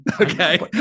okay